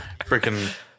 freaking